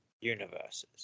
universes